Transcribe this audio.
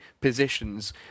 positions